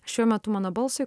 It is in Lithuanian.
šiuo metu mano balsui